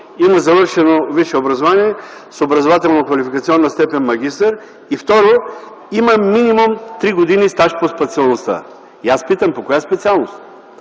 има завършено висше образование с образователно-квалификационна степен „магистър” и, второ, има минимум три години стаж по специалността. Аз питам: по коя специалност?